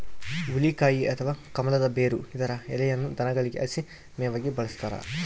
ಹುಲಿಕಾಯಿ ಅಥವಾ ಕಮಲದ ಬೇರು ಇದರ ಎಲೆಯನ್ನು ದನಗಳಿಗೆ ಹಸಿ ಮೇವಾಗಿ ಬಳಸ್ತಾರ